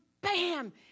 Bam